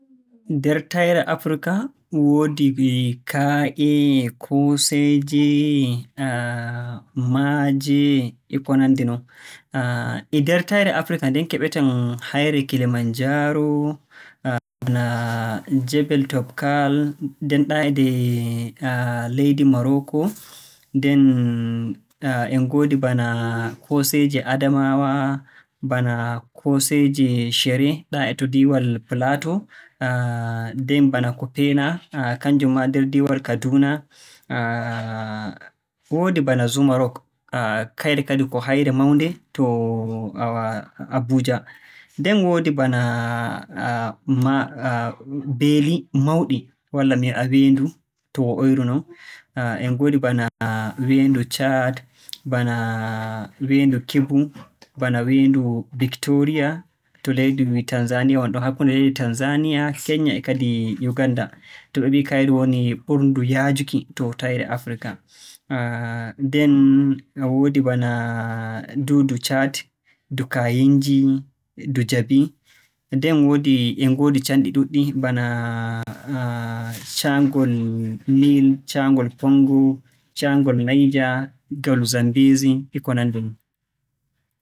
Min ɗo mari maye be hoseji ɗuɗɗum hedi leddi ammin. Min ɗo mari mayo River Benue ɗum min nyonata mayo Benue. Min ɗo mari mayo River Niger ɗum min nyonata mayo Niger ɗum en ɗo naftira ɗum ngam heɓugo yiite lantarki. Min ɗo mari hoseji bo bana hosere woni Capital ammin ɗum min nyonata be Zuma Rock.